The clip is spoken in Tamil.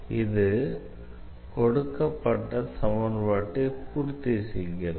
இது கொடுக்கப்பட்ட சமன்பாட்டை பூர்த்தி செய்கிறது